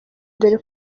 dore